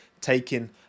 taking